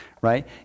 right